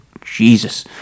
Jesus